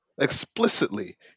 explicitly